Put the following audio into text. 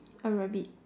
a rabbit